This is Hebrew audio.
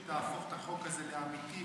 של קבוצת סיעת הליכוד,